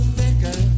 thicker